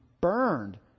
burned